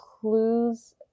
clues